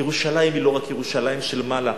ירושלים היא לא רק ירושלים של מעלה.